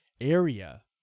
area